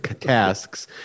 tasks